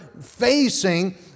facing